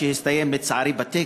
שהסתיים לצערי בתיקו.